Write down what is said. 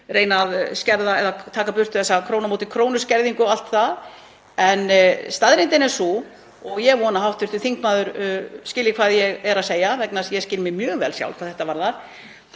því að taka burtu þessa krónu á móti krónu skerðingu og allt það. En staðreyndin er sú, og ég vona að hv. þingmaður skilji hvað ég er að segja vegna þess að ég skil mig mjög vel sjálf hvað þetta varðar,